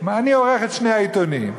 אני עורך את שני העיתונים,